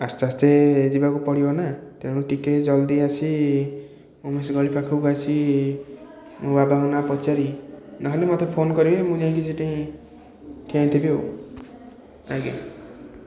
ଆସ୍ତେ ଆସ୍ତେ ଯିବାକୁ ପଡ଼ିବ ନା ତେଣୁ ଟିକେ ଜଲଦି ଆସି ଓମେନ୍ସ୍ କଲେଜ ପାଖକୁ ଆସି ମୋ ବାବାଙ୍କ ନାଁ ପଚାରି ନହେଲେ ମୋତେ ଫୋନ୍ କରିବେ ମୁଁ ଯାଇକି ସେଇଠି ଠିଆ ହେଇଥିବି ଆଉ ଆଜ୍ଞା